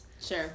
Sure